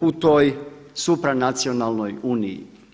u toj super nacionalnoj Uniji.